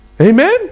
Amen